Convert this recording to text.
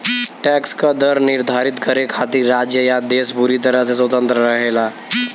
tax क दर निर्धारित करे खातिर राज्य या देश पूरी तरह से स्वतंत्र रहेला